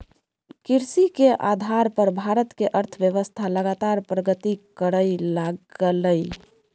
कृषि के आधार पर भारत के अर्थव्यवस्था लगातार प्रगति करइ लागलइ